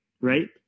Right